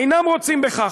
הם אינם רוצים בכך.